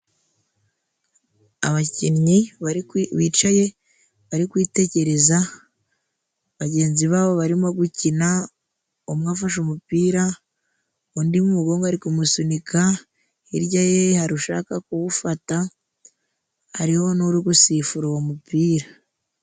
Abakinnyi barikwi bicaye bari kwitegereza bagenzi babo barimo gukina. Umwe afashe umupira, undi mu umugongo ari kumusunika. Hirya ye hari ushaka kuwufata, hariho n'uwuri gusifura uwo mupira.